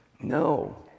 no